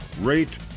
rate